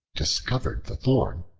discovered the thorn,